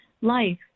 Life